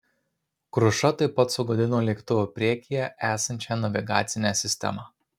kruša taip pat sugadino lėktuvo priekyje esančią navigacinę sistemą